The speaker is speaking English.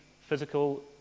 physical